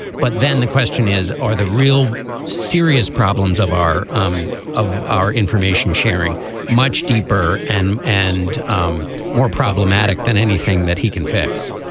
but then the question is are the real serious problems of our um of our information sharing much deeper and and um more problematic than anything that he can fix